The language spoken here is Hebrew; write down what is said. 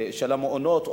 המעונות,